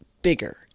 Bigger